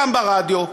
גם ברדיו,